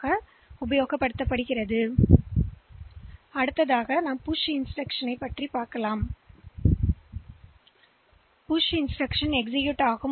எனவே இந்த மிகுதி எனவே இந்த புஷ் பி இன்ஸ்டிரக்ஷன்எவ்வாறு செயல்படுத்தப்படுகிறது